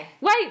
Wait